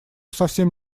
совсем